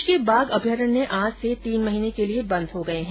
प्रदेश के बाघ अभ्यारण्य आज से तीन महीने के लिये बंद हो गये है